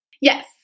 Yes